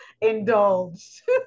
indulged